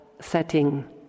setting